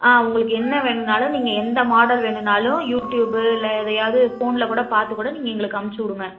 ஆ உங்களுக்கு என்ன வேணுன்னாலும் நீங்கள் எந்த மாடல் வேணுன்னாலும் யூடியூப்பு இல்லை எதையாவது ஃபோனில் கூட பார்த்து கூட நீங்கள் எங்களுக்கு அம்ச்சிவிடுங்க